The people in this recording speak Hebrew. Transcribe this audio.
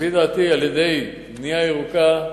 לפי דעתי, על-ידי בנייה ירוקה,